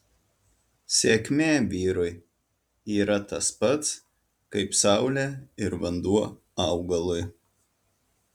sėkmė vyrui yra tas pats kaip saulė ir vanduo augalui